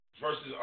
versus